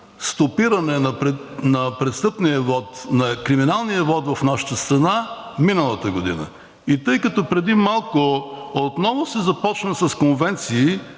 вот, на криминалния вот в нашата страна миналата година. Тъй като преди малко отново се започна с конвенции,